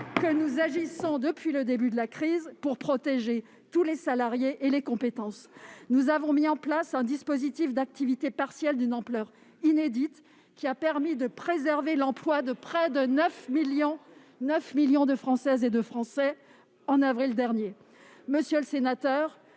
que nous agissons depuis le début de la crise pour protéger tous les salariés et toutes les compétences. Nous avons mis en place en avril dernier un dispositif d'activité partielle d'une ampleur inédite, lequel a permis de préserver l'emploi de près de 9 millions de Françaises et de Français. Vous y croyez ? Monsieur le sénateur,